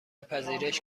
پذیرش